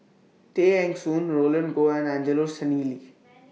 Tay Eng Soon Roland Goh and Angelo Sanelli